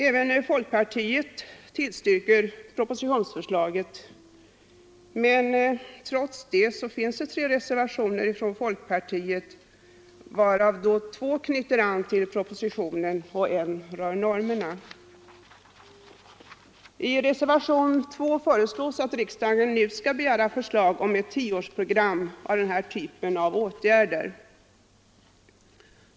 Även folkpartiet tillstyrker propositionsförslaget, men trots det finns tre reservationer från folkpartiet, varav två knyter an till propositionen och en rör normerna. I reservationen 2 föreslås att riksdagen nu skall begära förslag om ett tioårsprogram av den här typen av åtgärder.